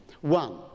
One